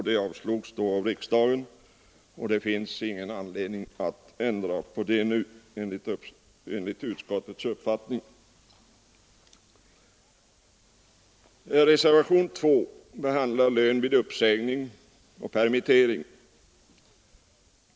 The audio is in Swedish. Det avslogs då av riksdagen, och det finns ingen anledning att ändra på det nu enligt utskottets uppfattning. Reservationen 2 behandlar frågan om lön vid uppsägning och permittering.